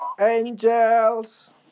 Angels